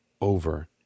over